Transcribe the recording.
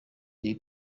jay